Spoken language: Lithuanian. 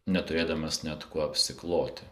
neturėdamas net kuo apsikloti